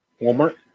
Walmart